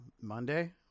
Monday